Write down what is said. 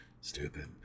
Stupid